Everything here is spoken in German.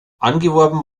angeworben